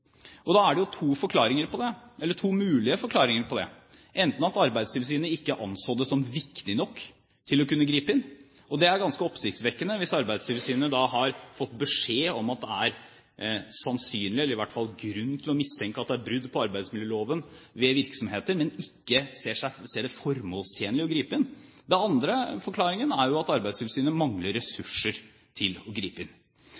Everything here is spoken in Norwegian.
Da er det to mulige forklaringer på det, den ene at Arbeidstilsynet ikke anså det som viktig nok til å kunne gripe inn. Det er ganske oppsiktsvekkende hvis Arbeidstilsynet har fått beskjed om at det er sannsynlig eller iallfall grunn til mistanke om at det er brudd på arbeidsmiljøloven ved virksomheter, men ikke ser det formålstjenlig å gripe inn. Den andre forklaringen er jo at Arbeidstilsynet mangler ressurser til å gripe inn.